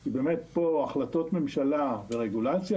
היא שבאמת החלטות ממשלה לרגולציה,